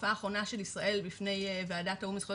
ההופעה האחרונה של ישראל בפני ועדת האו"ם לזכויות